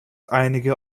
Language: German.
einige